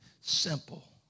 simple